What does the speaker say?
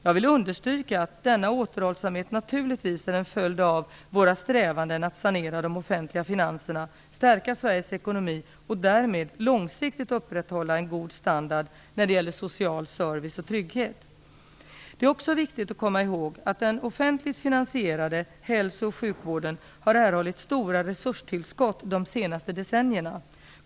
Jag vill understryka att denna återhållsamhet naturligtvis är en följd av våra strävanden att sanera de offentliga finanserna, stärka Sveriges ekonomi och därmed långsiktigt upprätthålla en god standard när det gäller social service och trygghet. Det är också viktigt att komma ihåg att den offentligt finansierade hälso och sjukvården har erhållit stora resurstillskott de senaste decennierna.